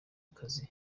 akazi